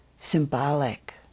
symbolic